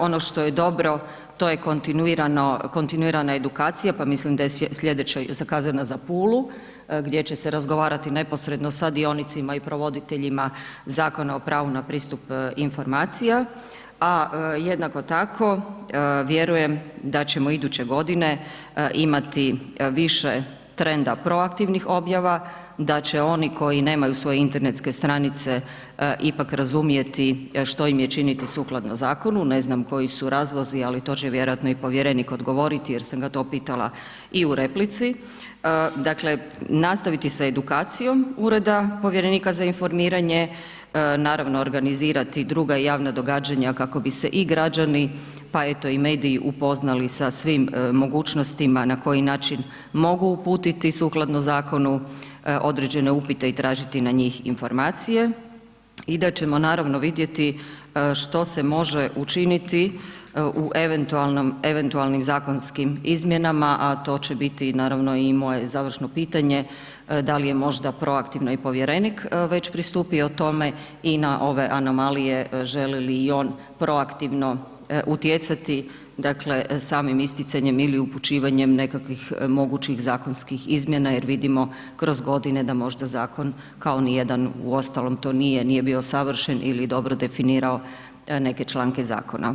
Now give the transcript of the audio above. Ono što je dobro to je kontinuirana edukacija, pa mislim da je slijedeća zakazana za Pulu, gdje će se razgovarati neposredno sa dionicima i provoditeljima Zakona o pravu na pristup informacija, a jednako tako vjerujem da ćemo iduće godine imati više trenda pro aktivnih objava, da će oni koji nemaju svoje internetske stranice ipak razumjeti što im je činiti sukladno zakonu, ne znam koji su razlozi, ali to će vjerojatno i povjerenik odgovoriti jer sam ga to pitala i u replici, dakle, nastaviti sa edukacijom ureda povjerenika za informiranje, naravno organizirati druga javna događanja kako bi se i građani, pa eto i mediji upoznali sa svim mogućnostima na koji način mogu uputiti sukladno zakonu određene upite i tražiti na njih informacije i da ćemo naravno vidjeti što se može učiniti u eventualnim zakonskim izmjenama, a to će biti naravno i moje završno pitanje da li je možda pro aktivno i povjerenik već pristupio tome i na ove anomalije želi li i on pro aktivno utjecati, dakle, samim isticanjem ili upućivanjem nekakvih mogućih zakonskih izmjena jer vidimo kroz godine da možda zakon kao nijedan uostalom to nije, nije bio savršen ili dobro definirao neke članke zakona.